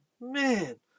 man